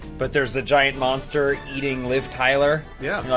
but there's a giant monster eating liv tyler. yeah yeah